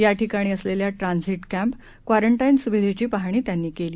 याठिकाणी असलेला transit camp quarantine सुविधेची पाहणी त्यांनी केली